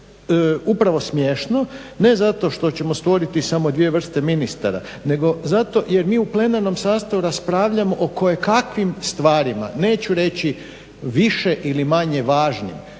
upravo smiješno. Ne zato što ćemo stvoriti samo dvije vrste ministara nego zato jer mi u plenarnom sastavu raspravljamo o kojekakvim stvarima. Neću reći više ili manje važnim,